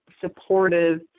supportive